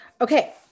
Okay